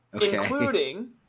including